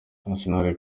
arsenal